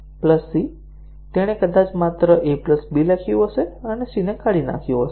c તેણે કદાચ માત્ર a b લખ્યું હશે અને c ને કાઢી નાખ્યું હશે